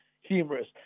humorous